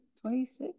twenty-six